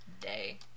day